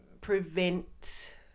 prevent